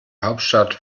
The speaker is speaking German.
hauptstadt